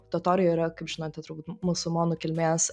totoriai yra kaip žinote turbūt musulmonų kilmės